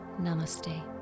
Namaste